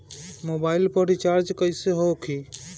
Mobile पर recharge कैसे होखी?